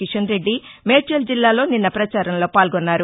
కిషన్ రెద్ది మేడ్చల్ జిల్లాలో నిన్న ప్రపచారంలో పాల్గొన్నారు